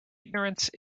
ignorance